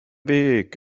weg